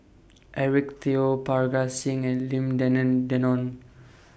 Eric Teo Parga Singh and Lim Denan Denon